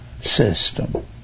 system